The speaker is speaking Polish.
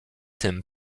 tym